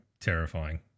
terrifying